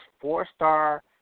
four-star